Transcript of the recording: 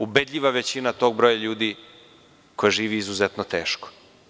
Ubedljiva većina tog broja ljudi, koja živi izuzetno teško.